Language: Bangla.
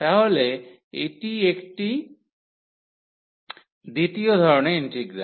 তাহলে এটা এটি দ্বিতীয় ধরণের ইন্টিগ্রাল